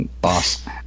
boss